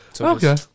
Okay